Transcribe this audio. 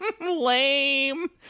Lame